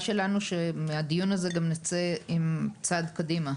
שלנו שמהדיון הזה נצא גם עם צעד קדימה.